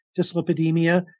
dyslipidemia